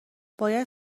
باید